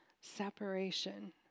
separation